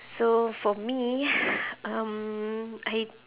so for me um I